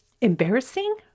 embarrassing